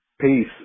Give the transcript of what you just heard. Peace